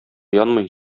янмый